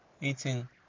eating